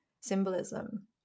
symbolism